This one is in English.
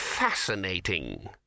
Fascinating